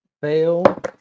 fail